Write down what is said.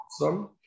awesome